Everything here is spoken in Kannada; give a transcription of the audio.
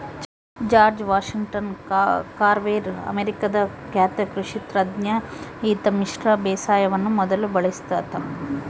ಜಾರ್ಜ್ ವಾಷಿಂಗ್ಟನ್ ಕಾರ್ವೆರ್ ಅಮೇರಿಕಾದ ಖ್ಯಾತ ಕೃಷಿ ತಜ್ಞ ಈತ ಮಿಶ್ರ ಬೇಸಾಯವನ್ನು ಮೊದಲು ಬಳಸಿದಾತ